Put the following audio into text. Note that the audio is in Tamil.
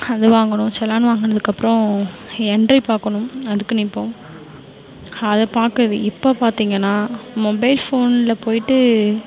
அது வாங்கணும் சலான் வாங்கனதுக்கப்புறோம் என்ட்ரி பார்க்கணும் அதுக்கு நிற்போம் அதை பார்க்கறது இப்போ பார்த்தீங்கன்னா மொபைல் ஃபோனில் போயிவிட்டு